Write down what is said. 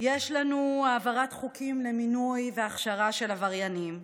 יש לנו העברת חוקים למינוי והכשרה של עבריינים,